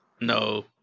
No